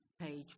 page